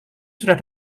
sudah